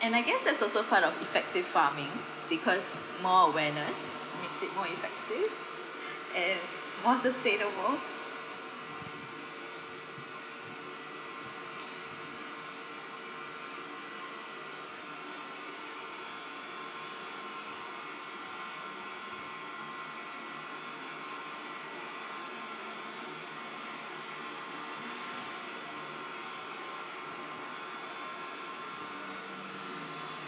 and I guess that's also part of effective farming because more awareness makes it more effective and more sustainable